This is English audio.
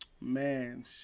Man